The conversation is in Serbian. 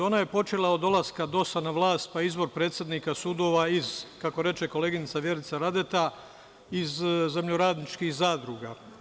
Ona je počela od dolaska DOS-a na vlast, pa izbor predsednika sudova, kako reče koleginica Vjerica Radeta, iz zemljoradničkih zadruga.